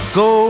go